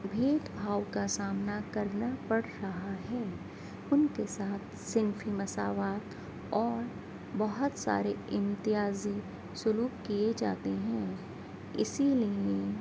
بھید بھاؤ کا سامنا کرنا پڑ رہا ہے ان کے ساتھ صنفی مساوات اور بہت سارے امتیازی سلوک کیے جاتے ہیں اسی لیے